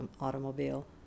automobile